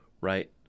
right